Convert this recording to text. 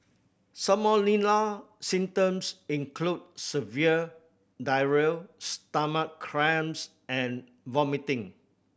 salmonella symptoms include severe diarrhea stomach cramps and vomiting